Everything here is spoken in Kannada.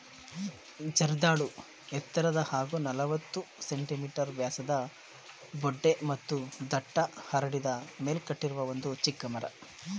ಜರ್ದಾಳು ಎತ್ತರದ ಹಾಗೂ ನಲವತ್ತು ಸೆ.ಮೀ ವ್ಯಾಸದ ಬೊಡ್ಡೆ ಮತ್ತು ದಟ್ಟ ಹರಡಿದ ಮೇಲ್ಕಟ್ಟಿರುವ ಒಂದು ಚಿಕ್ಕ ಮರ